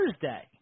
Thursday